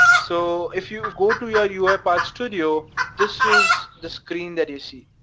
so if you go to your uipath studio, this is the screen that you see,